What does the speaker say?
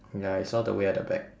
ya it's all the way at the back